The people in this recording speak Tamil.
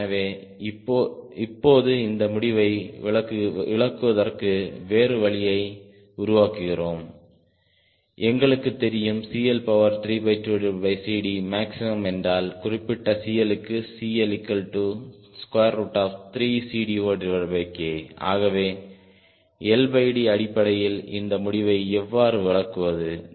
எனவே இப்போது இந்த முடிவை விளக்குவதற்கு வேறு வழியை உருவாக்குகிறோம்எங்களுக்கு தெரியும் CL32CD மேக்ஸிமம் என்றால் குறிப்பிட்ட CL க்கு CL3CD0K ஆகவே LD அடிப்படையில் இந்த முடிவை எவ்வாறு விளக்குவது